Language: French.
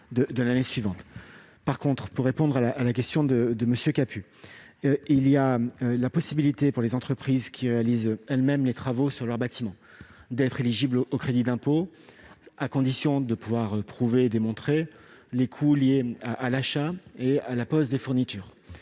revanche, pour répondre à la question de M. Capus, les entreprises qui réalisent elles-mêmes les travaux sur leurs bâtiments sont en effet éligibles au crédit d'impôt, à condition de pouvoir démontrer les coûts liés à l'achat et à la pose des fournitures.